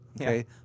Okay